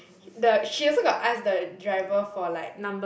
the she also got ask the driver for like